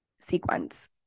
sequence